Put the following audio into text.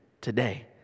today